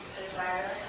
desire